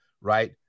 right